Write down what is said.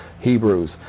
Hebrews